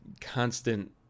constant